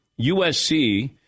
USC